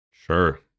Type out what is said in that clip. Sure